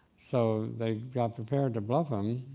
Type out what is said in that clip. so they got prepared to bluff him,